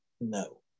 No